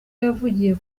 yavugiye